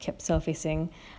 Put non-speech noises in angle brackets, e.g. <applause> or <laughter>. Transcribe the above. kept surfacing <breath>